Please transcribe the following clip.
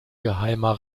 geheimer